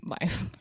life